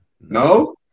No